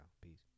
Peace